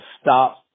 stop